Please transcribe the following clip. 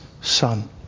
Son